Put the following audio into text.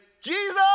Jesus